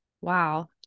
wow